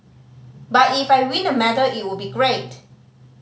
but if I win a medal it would be great